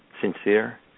sincere